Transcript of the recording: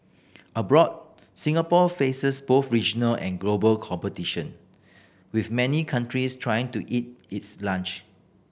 abroad Singapore faces both regional and global competition with many countries trying to eat its lunch